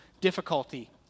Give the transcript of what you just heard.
difficulty